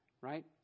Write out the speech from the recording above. right